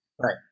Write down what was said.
Right